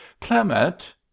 Clement